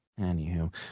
Anywho